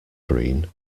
green